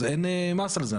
אז אין מס על זה.